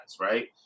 right